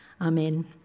Amen